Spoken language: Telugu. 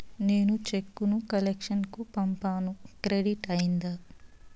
నేను చెక్కు ను కలెక్షన్ కు పంపాను క్రెడిట్ అయ్యిందా